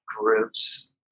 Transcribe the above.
groups